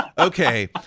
Okay